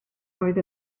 oedd